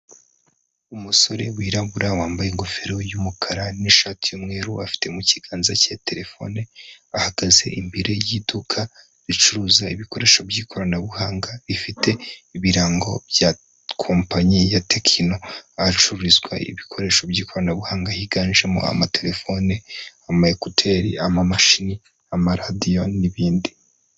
Umusore wirabura wambaye ingofero y'umukara n'ishati y'umweru, afite mu kiganza cye telefone ahagaze imbere y'iduka ricuruza ibikoresho by'ikoranabuhanga rifite ibirango bya kompanyi ya Tekino, ahacururizwa ibikoresho by'ikoranabuhanga yiganjemo amatelefoni, ama ekuteri, amamashini, amaradiyo, n'ibindi.